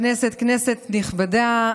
כנסת נכבדה,